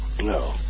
No